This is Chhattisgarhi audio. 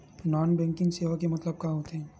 नॉन बैंकिंग सेवा के मतलब का होथे?